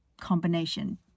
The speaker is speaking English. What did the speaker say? combination